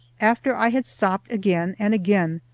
after i had stopped again and again,